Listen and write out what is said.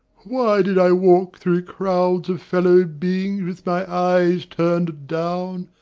why did i walk through crowds of fellow-beings with my eyes turned down,